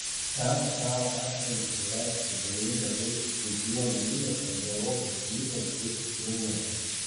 ką tau asmeniškai reikštų galimybė žaisti čempionų lygos arba europos lygos grupių turnyre